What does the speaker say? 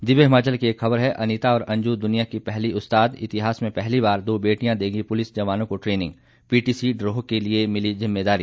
दिव्य हिमाचल की एक खबर है अनीता और अंजु दुनिया की पहली उस्ताद इतिहास में पहली बार दो बेटियां देंगी पुलिस जवानों को ट्रेनिंग पीटीसी डरोह के लिए मिली जिम्मेदारी